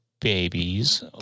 babies